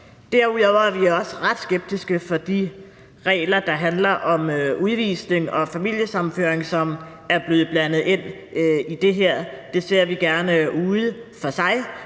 Derudover er vi også ret skeptiske over for de regler, der handler om udvisning og familiesammenføring, som er blevet blandet ind i det her. Det ser vi gerne være for sig,